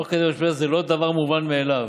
תוך כדי המשבר זה לא דבר מובן מאליו.